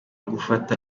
gufata